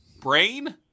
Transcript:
brain